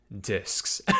discs